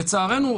לצערנו,